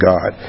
God